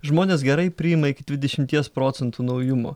žmonės gerai priima iki dvidešimties procentų naujumo